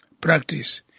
practice